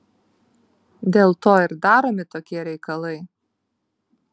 dėl to ir daromi tokie reikalai